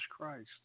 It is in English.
Christ